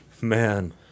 Man